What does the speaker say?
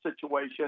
situation